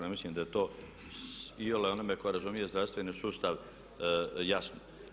Ja mislim da je to iole onome tko razumije zdravstveni sustav jasno.